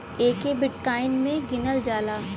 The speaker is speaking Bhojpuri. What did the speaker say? एके बिट्काइन मे गिनल जाला